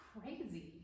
crazy